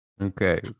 okay